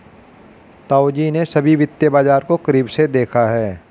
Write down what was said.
ताऊजी ने सभी वित्तीय बाजार को करीब से देखा है